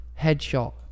headshot